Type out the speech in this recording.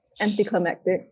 anticlimactic